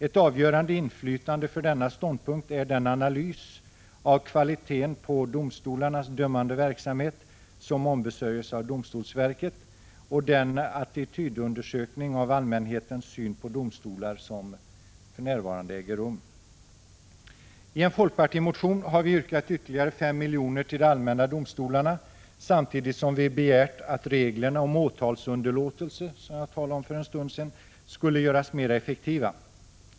Ett avgörande inflytande när det gäller denna ståndpunkt har den analys av kvaliteten på domstolarnas dömande verksamhet som ombesörjs av domstolsverket och den attitydundersökning som för närvarande äger rum vad gäller allmänhetens syn på domstolarna. I en motion har vi i folkpartiet hemställt att ytterligare 5 milj.kr. anslås till de allmänna domstolarna. Vi har också begärt att reglerna om åtalsunderlåtelse — som jag talade om för en stund sedan — skulle göras mera effektiva.